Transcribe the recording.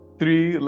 three